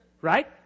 Right